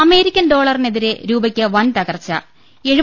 American ഡോളറിനെതിരെ രൂപയ്ക്ക് വൻ തകർച്ചു